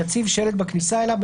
יציב שלט בכניסה אליו,